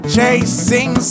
Chasing